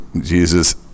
Jesus